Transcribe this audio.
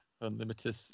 Unlimited